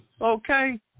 Okay